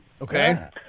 Okay